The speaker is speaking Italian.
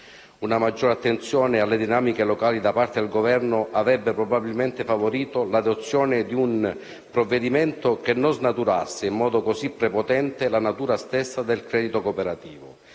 Una maggiore attenzione alle dinamiche locali da parte del Governo avrebbe probabilmente favorito l'adozione di un provvedimento che non snaturasse, in modo così prepotente, la natura stessa del credito cooperativo.